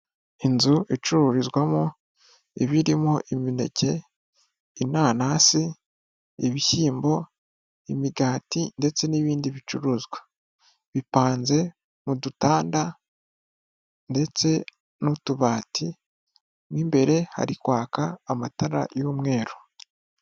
Inzu icururizwamo iba irimo imineke, inanasi, ibishyimbo, imigati ndetse n'ibindi bicuruzwa, bipanze mu dutanda ndetse n'utubati, mo imbere hari kwaka amatara y'umweru.